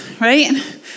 right